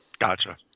Gotcha